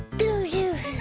do you